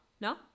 no